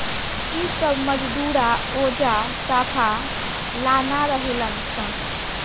इ सब मजदूरा ओजा साफा ला ना रहेलन सन